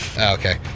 Okay